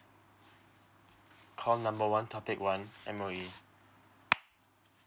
call number one topic one M_O_E